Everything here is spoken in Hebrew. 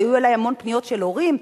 היו אלי המון פניות של הורים,